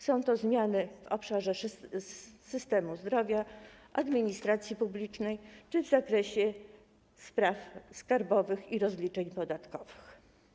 Są to zmiany w obszarze służby zdrowia, administracji publicznej czy w zakresie spraw skarbowych i rozliczeń podatkowych.